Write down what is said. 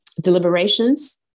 deliberations